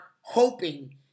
hoping